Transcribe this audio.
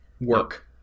work